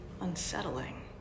unsettling